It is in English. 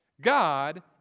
God